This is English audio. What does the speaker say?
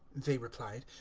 they replied,